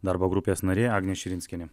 darbo grupės narė agnė širinskienė